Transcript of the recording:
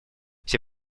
все